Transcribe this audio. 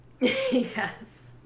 Yes